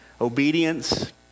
obedience